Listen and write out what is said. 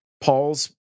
Paul's